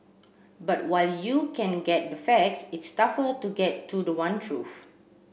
but while you can get the facts it's tougher to get to the one truth